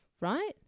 right